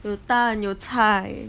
有蛋有菜